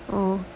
oh